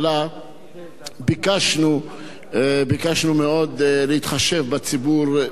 ביקשנו מאוד להתחשב בציבור שלם במדינת